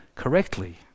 Correctly